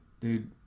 Dude